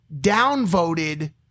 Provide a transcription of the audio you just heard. downvoted